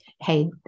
Hey